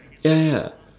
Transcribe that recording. ya ya